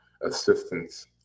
assistance